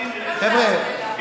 חבר'ה,